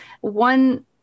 one